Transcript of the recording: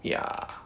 ya